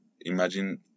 Imagine